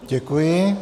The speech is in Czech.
Děkuji.